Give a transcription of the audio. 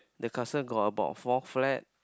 the castle got about four flags